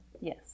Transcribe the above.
Yes